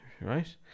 right